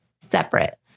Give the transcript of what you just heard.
separate